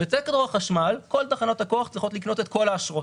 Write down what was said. כל תחנות הכוח צריכות לקנות את כל האשרות,